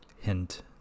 hint